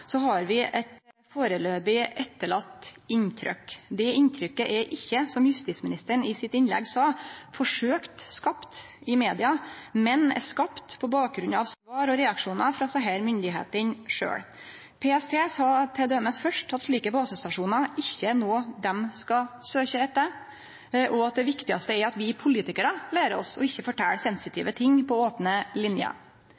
har vi eit foreløpig etterlate inntrykk. Det inntrykket er ikkje, som justisministeren sa i innlegget sitt, forsøkt skapt i media, men det er skapt på bakgrunn av svar og reaksjonar frå desse myndigheitene sjølve. PST sa t.d. først at slike basestasjonar ikkje er noko dei skal søkje etter, og at det viktigaste er at vi politikarar lærer oss å ikkje